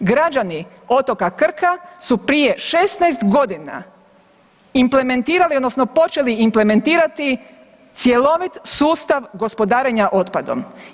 Građani otoka Krka su prije 16 godina implementirali, odnosno počeli implementirati cjelovit sustav gospodarenja otpadom.